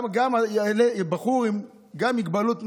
גם בחור עם מגבלות נפשיות,